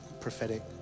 prophetic